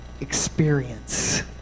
experience